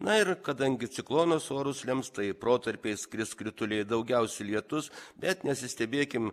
na ir kadangi ciklonas orus lems tai protarpiais kris krituliai daugiausiai lietus bet nesistebėkim